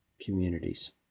communities